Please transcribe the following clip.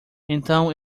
então